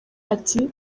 ati